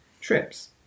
trips